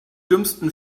dümmsten